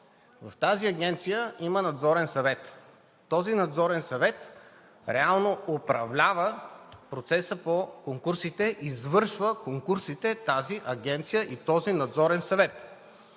В тази агенция има Надзорен съвет. Този надзорен съвет реално управлява процеса по конкурсите. Тази агенция и този надзорен съвет